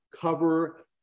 cover